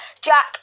Jack